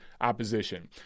opposition